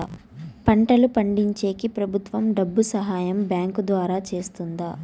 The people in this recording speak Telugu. పంటలు పండించేకి ప్రభుత్వం డబ్బు సహాయం బ్యాంకు ద్వారా చేస్తుందా?